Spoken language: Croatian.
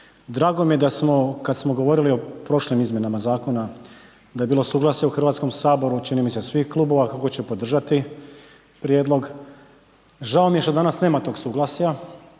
drago mi je da smo kad smo govorili o prošlim izmjenama Zakona da je bilo suglasje u Hrvatskom saboru, čini mi se svih Klubova kako će podržati prijedlog, žao mi je što danas nema tog suglasja,